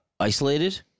isolated